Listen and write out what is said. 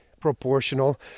proportional